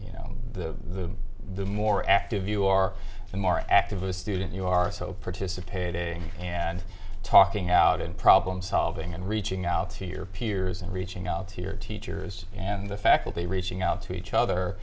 you know the the more active you are the more active a student you are so participating and talking out and problem solving and reaching out to your peers and reaching out to your teachers and the faculty reaching out to each other